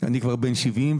אני כבר בן 70,